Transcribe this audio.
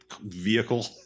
vehicle